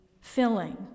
filling